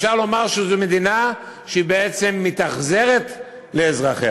אפשר לומר שזו מדינה שבעצם מתאכזרת לאזרחיה.